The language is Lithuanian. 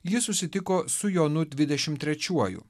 ji susitiko su jonu dvidešim trečiuoju